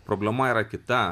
problema yra kita